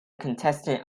contestant